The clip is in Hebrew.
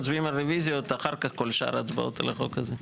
קודם מצביעים על רוויזיות ואז שאר ההצבעות של החוק הזה.